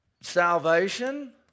Salvation